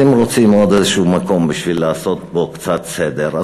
אם רוצים עוד איזשהו מקום בשביל לעשות בו קצת סדר,